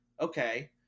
okay